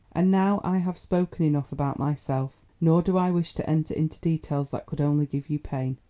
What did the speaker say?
and now i have spoken enough about myself, nor do i wish to enter into details that could only give you pain.